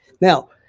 now